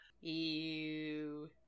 Ew